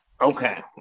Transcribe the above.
Okay